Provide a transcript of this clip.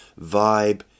vibe